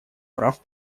прав